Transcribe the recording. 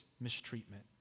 mistreatment